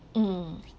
mm